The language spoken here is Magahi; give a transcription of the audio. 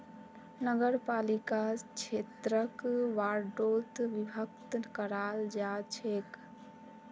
नगरपालिका क्षेत्रक वार्डोत विभक्त कराल जा छेक